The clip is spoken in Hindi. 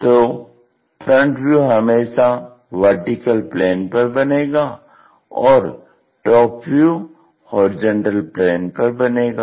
तो फ्रंट व्यू हमेशा VP पर बनेगा और टॉप व्यू HP पर बनेगा